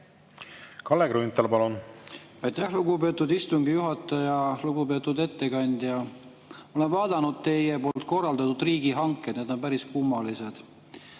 Kalle Grünthal, palun! Aitäh, lugupeetud istungi juhataja! Lugupeetud ettekandja! Ma olen vaadanud teie korraldatud riigihankeid. Need on päris kummalised.